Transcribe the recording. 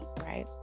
right